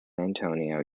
antonio